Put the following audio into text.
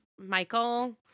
michael